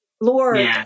Lord